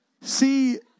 See